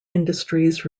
industries